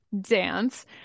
dance